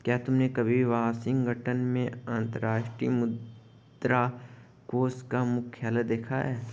क्या तुमने कभी वाशिंगटन में अंतर्राष्ट्रीय मुद्रा कोष का मुख्यालय देखा है?